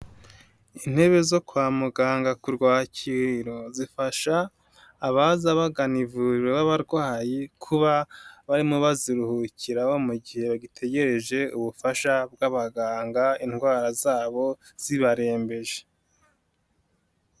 Intebe zo kwa muganga kurwakiriro, zifasha abaza bagana ivuriro b'abarwayi kuba barimo baziruhukira mu gihe bagitegereje ubufasha bw'abaganga indwara zabo zibarembeje.